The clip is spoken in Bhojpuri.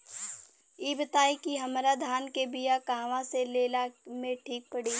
इ बताईं की हमरा धान के बिया कहवा से लेला मे ठीक पड़ी?